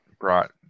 brought